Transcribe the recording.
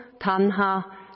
Tanha